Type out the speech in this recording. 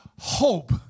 hope